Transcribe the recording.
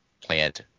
plant